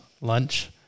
lunch